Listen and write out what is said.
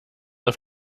auf